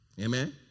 Amen